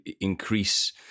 increase